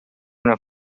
una